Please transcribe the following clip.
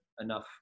enough